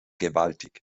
gewaltig